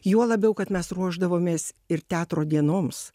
juo labiau kad mes ruošdavomės ir teatro dienoms